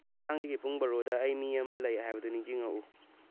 ꯊꯥꯡꯖꯒꯤ ꯄꯨꯡ ꯕꯥꯔꯣꯗ ꯑꯩ ꯃꯤ ꯑꯃ ꯂꯩ ꯍꯥꯏꯕꯗꯨ ꯅꯤꯡꯖꯤꯡꯉꯛꯎ